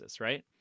Right